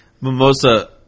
mimosa